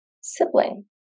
sibling